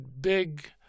big